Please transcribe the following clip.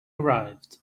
arrived